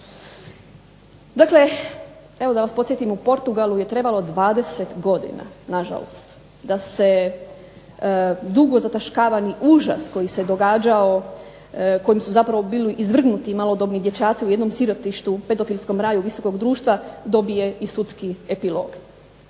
Dakle evo da vas podsjetim, u Portugalu je trebalo 20 godina nažalost da se dugo zataškavani užas koji se događao, kojim su zapravo bili izvrgnuti malodobni dječaci u jednom sirotištu, pedofilskom raju visokog društva, dobije i sudski epilog.